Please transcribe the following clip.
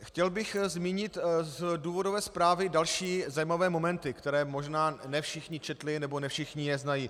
Chtěl bych zmínit z důvodové zprávy další zajímavé momenty, které možná ne všichni četli nebo ne všichni je znají.